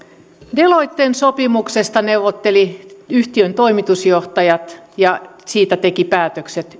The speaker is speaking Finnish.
deloitten sopimuksesta neuvottelivat yhtiön toimitusjohtajat ja siitä tekivät päätökset